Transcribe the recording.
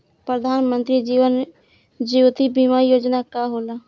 प्रधानमंत्री जीवन ज्योति बीमा योजना का होला?